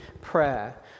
prayer